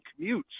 commutes